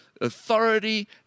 Authority